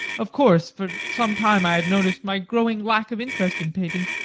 of course, for some time i had noticed my growing lack of interest in painting,